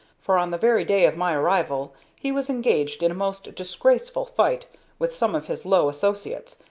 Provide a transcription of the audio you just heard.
for on the very day of my arrival he was engaged in a most disgraceful fight with some of his low associates,